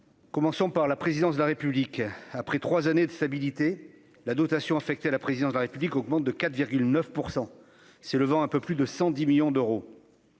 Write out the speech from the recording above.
Commençons par la présidence de la République, après 3 années de stabilité, la dotation affectée à la présidence de la République augmente de 4 9 % c'est le vent un peu plus de 110 millions d'euros.